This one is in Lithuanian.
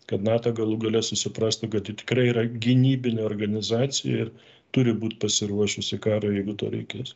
kad nato galų gale susiprastų kad ji tikrai yra gynybinė organizacija ir turi būt pasiruošusi karui jeigu to reikės